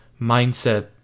mindset